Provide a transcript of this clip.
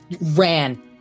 ran